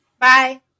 Bye